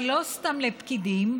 אבל לא סתם לפקידים,